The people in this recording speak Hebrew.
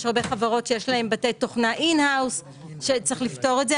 יש הרבה חברות שיש להן בתי תוכנה אין-האוס שצריך לפתור את זה.